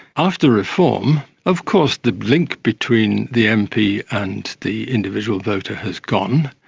after reform, of course the link between the mp and the individual voter has gone.